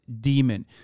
demon